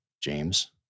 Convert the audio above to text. James